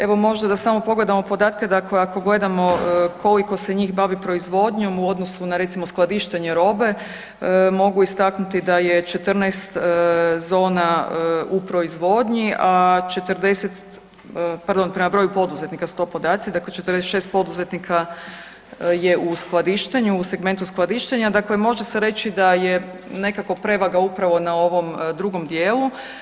Evo možda da samo pogledamo podatke, dakle ako gledamo koliko se njih bavi proizvodnjom u odnosu na recimo skladištenje robe, mogu istaknuti da je 14 zona u proizvodnji, pardon, prema broju poduzetnika su to podaci, dakle 46 poduzetnika je u skladištenju, u segmentu skladištenja, dakle može se reći da je nekakvo prevaga upravo na ovom drugom djelu.